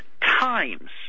times